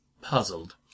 puzzled